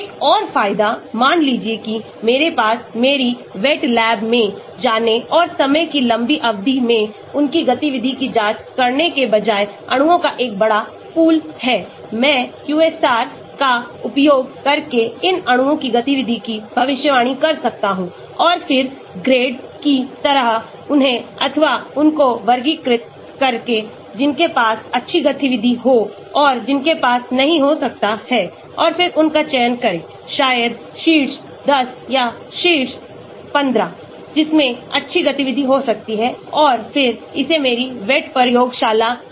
एक और फायदा मान लीजिए कि मेरे पास मेरी wet lab में जाने और समय की लंबी अवधि में उनकी गतिविधि की जांच करने के बजाय अणुओं का एक बड़ा पूल है मैं QSAR का उपयोग करके इन अणुओं की गतिविधि की भविष्यवाणी कर सकता हूं और फिर ग्रेड की तरह उन्हें अथवा उनको वर्गीकृत करके जिनके पास अच्छी गतिविधि हो और जिनके पास नहीं हो सकता है और फिर उन का चयन करें शायद शीर्ष 10 या शीर्ष 15 जिसमें अच्छी गतिविधि हो सकती है और फिर इसे मेरी wet प्रयोगशाला में ले जा सकते हैं